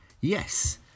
Yes